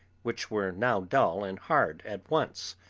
which were now dull and hard at once,